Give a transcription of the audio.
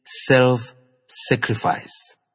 self-sacrifice